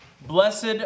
Blessed